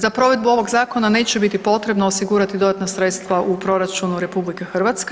Za provedbu ovog zakona neće biti potrebno osigurati dodatna sredstva u proračunu RH.